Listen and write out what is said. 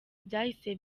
byahise